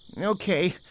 Okay